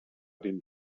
den